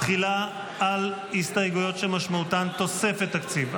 תחילה, על הסתייגויות שמשמעותן תוספת תקציב.